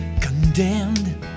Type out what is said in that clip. condemned